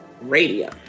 Radio